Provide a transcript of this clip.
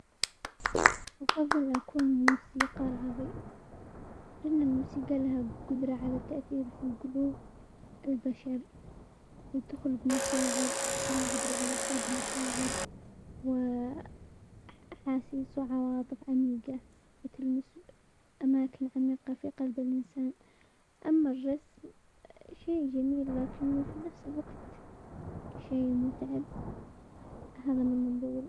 افضل اكون موسيقارعظيم، لان الموسيقى لها قدرة على التأثير في القلوب البشر، وتخلق مشاعر و القدرة على خلق مشاعر و احاسيس وعواطف عميقة، وتلمس اماكن العميقة في قلب الانسان، اما الرسم شيء جميل لكنه في نفس الوقت شيء متعب، هذا من منظوري.